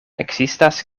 ekzistas